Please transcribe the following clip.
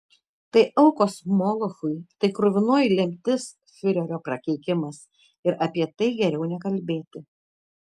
tai aukos molochui tai kruvinoji lemtis fiurerio prakeikimas ir apie tai geriau nekalbėti